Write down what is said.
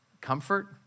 comfort